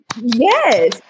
yes